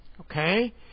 okay